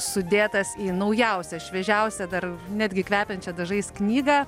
sudėtas į naujausią šviežiausią dar netgi kvepiančią dažais knygą